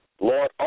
Lord